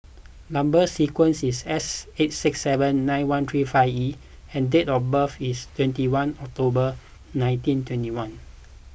Number Sequence is S eight six seven nine one three five E and date of birth is twenty one October nineteen twenty one